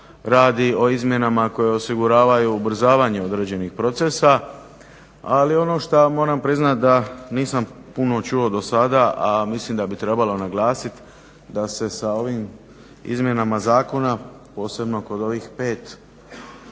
radi o izmjenama koje osiguravaju ubrzavanje određenih procesa, ali ono što moram priznati da nisam puno čuo dosada, a mislim da bi trebalo naglasiti da se sa ovim izmjenama zakona, posebno kod ovih 5